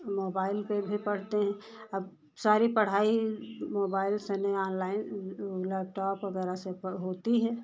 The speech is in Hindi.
मोबाईल पर भी पढ़ते हैं अब सारी पढ़ाई मोबाईल से नहीं ऑनलाइन लैपटॉप वगैरह से होती है